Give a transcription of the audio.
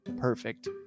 perfect